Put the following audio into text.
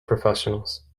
professionals